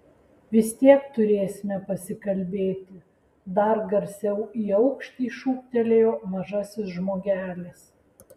vis tiek turėsime pasikalbėti dar garsiau į aukštį šūktelėjo mažasis žmogelis